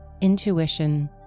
intuition